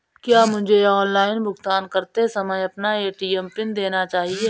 क्या मुझे ऑनलाइन भुगतान करते समय अपना ए.टी.एम पिन देना चाहिए?